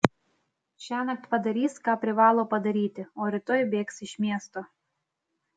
šiąnakt padarys ką privalo padaryti o rytoj bėgs iš miesto